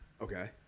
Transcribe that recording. Okay